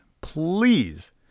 please